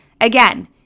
Again